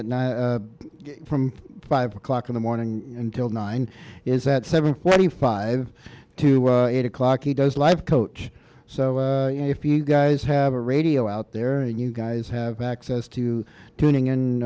at night from five o'clock in the morning until nine is that seven twenty five to eight o'clock he does life coach so if you guys have a radio out there and you guys have access to tuning in